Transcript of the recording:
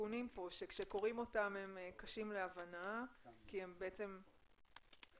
התיקונים שקוראים, הם קשים להבנה כי הם מתייחסים